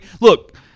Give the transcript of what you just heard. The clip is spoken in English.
Look